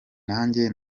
nanjye